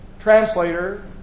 translator